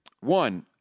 One